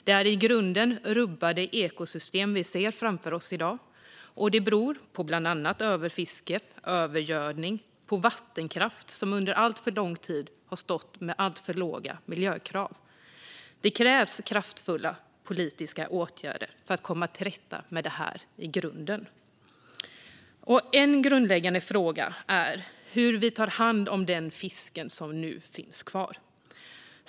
Det är i grunden rubbade ekosystem som vi ser framför oss i dag. Det beror på bland annat överfiske, övergödning och vattenkraft som under alltför lång tid har stått med för låga miljökrav. Det krävs kraftfulla politiska åtgärder för att komma till rätta med det i grunden. En grundläggande fråga är hur vi tar hand om den fisk som nu finns kvar.